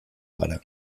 gara